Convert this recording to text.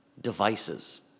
Devices